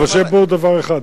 אבל שיהיה ברור דבר אחד: